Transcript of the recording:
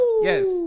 Yes